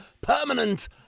permanent